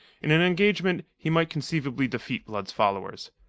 in an engagement, he might conceivably defeat blood's followers.